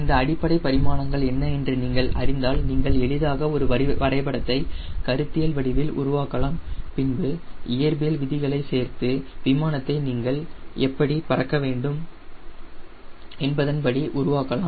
இந்த அடிப்படை பரிமாணங்கள் என்ன என்று நீங்கள் அறிந்தால் நீங்கள் எளிதாக ஒரு வரைபடத்தை கருத்தியல் வடிவில் உருவாக்கலாம் பின்பு இயற்பியல் விதிகளை சேர்த்து விமானத்தை நீங்கள் எப்படி பறக்க வேண்டும் என்பதன் படி உருவாக்கலாம்